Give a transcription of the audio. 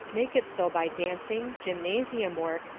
make it so by dancing, gymnasium work,